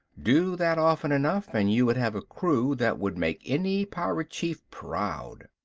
do that often enough and you would have a crew that would make any pirate chief proud.